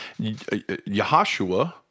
Yahashua